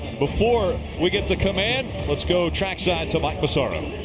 before we get the command, let's go track side to mike massaro.